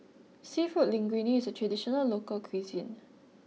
Seafood Linguine is a traditional local cuisine